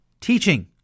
teaching